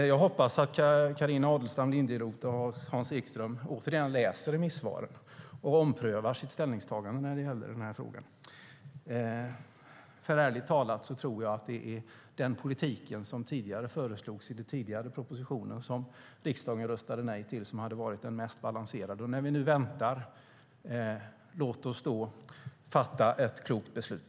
Jag hoppas att Carina Adolfsson Elgestam och Hans Ekström återigen läser remissvaren och omprövar sitt ställningstagande när det gäller denna fråga. Ärligt talat tror jag att det är den politik som föreslogs i den tidigare propositionen och som riksdagen röstade nej till som hade varit den mest balanserade. När vi nu väntar, låt oss då fatta ett klokt beslut.